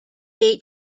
date